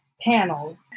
panel